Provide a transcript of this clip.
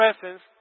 presence